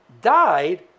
died